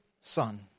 son